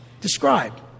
described